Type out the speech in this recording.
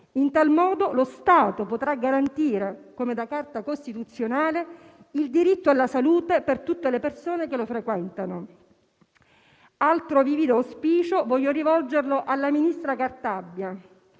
In tal modo, lo Stato potrà garantire, come da Carta costituzionale, il diritto alla salute per tutte le persone che lo frequentano. Un altro vivido auspicio voglio rivolgerlo alla ministra Cartabia,